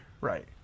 Right